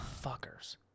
Fuckers